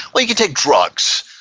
like can take drugs